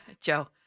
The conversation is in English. Joe